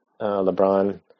LeBron